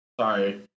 Sorry